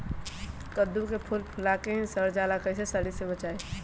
कददु के फूल फुला के ही सर जाला कइसे सरी से बचाई?